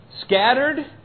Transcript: Scattered